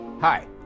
Hi